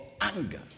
anger